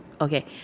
okay